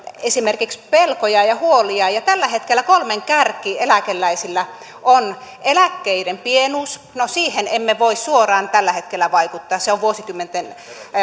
esimerkiksi eläkeläisten pelkoja ja huolia ja tällä hetkellä kolmen kärki eläkeläisillä on eläkkeiden pienuus no siihen emme voi suoraan tällä hetkellä vaikuttaa se on vuosikymmenten